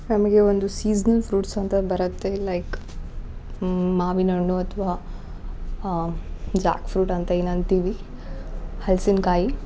ನಮಗೆ ಒಂದು seasonal fruits ಅಂತ ಬರತ್ತೆ ಲೈಕ್ ಮಾವಿನಹಣ್ಣು ಅಥ್ವಾ ಜಾಕ್ ಫ್ರೂಟ್ ಅಂತ ಏನು ಅಂತೀವಿ ಹಲ್ಸಿನಕಾಯಿ